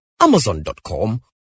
amazon.com